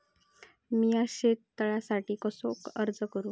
मीया शेत तळ्यासाठी कसो अर्ज करू?